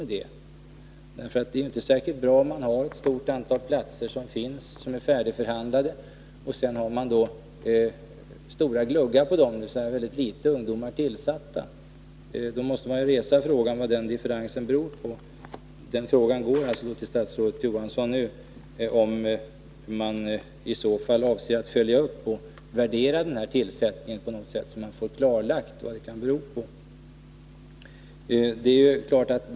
Det är ju inte bra om man har ett stort antal platser som är färdigförhandlade och det sedan finns stora gluggar, dvs. väldigt få ungdomsplatser tillsatta. Då måste man ställa frågan vad den differensen beror på. Frågan, om man i så fall avser att följa upp och värdera den här tillsättningen så att man får klarlagt vad detta beror på, går därför till statsrådet Johansson.